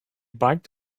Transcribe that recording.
biked